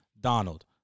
Donald